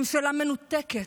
ממשלה מנותקת,